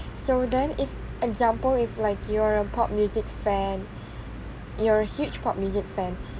so then if example if like you are a pop music fan you are a huge pop music fan